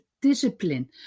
discipline